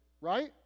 Right